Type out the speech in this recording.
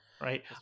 Right